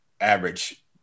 average